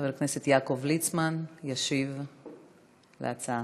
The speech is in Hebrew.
חבר הכנסת יעקב ליצמן, ישיב על ההצעה.